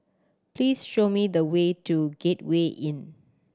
please show me the way to Gateway Inn